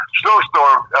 snowstorm